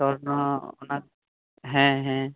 ᱥᱚᱨᱱᱚ ᱚᱱᱟ ᱦᱮᱸ ᱦᱮᱸ